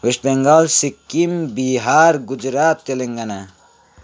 West Bengal Sikkim Bihar Gujarat Telangana